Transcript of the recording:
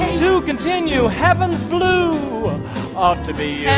to continue heaven's blue off to be